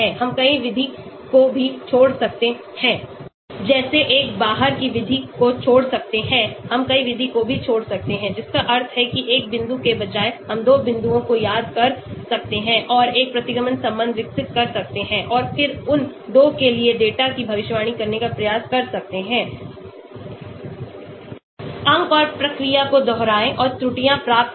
हम कई विधि को भी छोड़ सकते हैं जैसे एक बाहर की विधि को छोड़ सकते हैं हम कई विधि को भी छोड़ सकते हैं जिसका अर्थ है कि एक बिंदु के बजाय हम 2 बिंदुओं को याद कर सकते हैं और एक प्रतिगमन संबंध विकसित कर सकते हैं और फिर उन 2 के लिए डेटा की भविष्यवाणी करने का प्रयास कर सकते हैं अंक और प्रक्रिया को दोहराएं और त्रुटियां प्राप्त करें